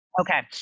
Okay